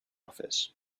office